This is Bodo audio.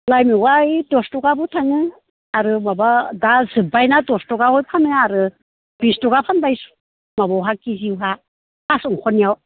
लाइ मैगङा ओय दस थाखाबो फानो आरो माबा दा जोबबाय ना दस थाखाबो फानो आरो बिस थाखा फानबाय माबायावहा खेजिहा थास' ओंखारनायाव